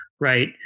right